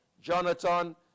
Jonathan